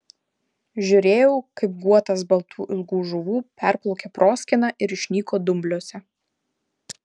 žiūrėjau kaip guotas baltų ilgų žuvų perplaukė proskyną ir išnyko dumbliuose